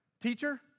Teacher